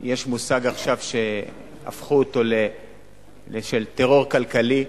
יש עכשיו מושג של "טרור כלכלי",